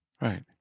Right